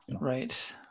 Right